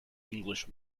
english